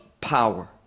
power